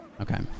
Okay